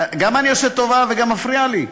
גם אני עושה טובה וגם אתה מפריע לי?